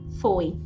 foi